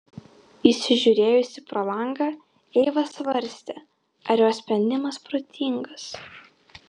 įsižiūrėjusi pro langą eiva svarstė ar jos sprendimas protingas